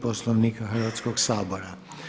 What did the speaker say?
Poslovnika Hrvatskog sabora.